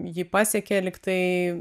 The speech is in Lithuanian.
jį pasiekė lyg tai